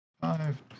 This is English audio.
Five